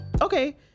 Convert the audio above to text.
okay